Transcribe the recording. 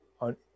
on